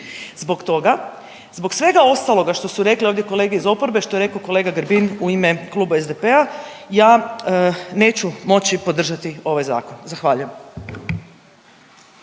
Zbog toga, zbog svega ostaloga što su rekle ovdje kolege iz oporbe, što je rekao kolega Grbin u ime kluba SDP-a, ja neću moći podržati ovaj zakon. Zahvaljujem.